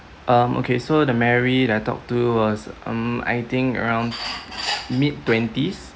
um okay so the mary that I talked to was um I think around mid twenties